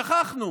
שכחנו.